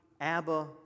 Abba